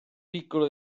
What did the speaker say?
piccolo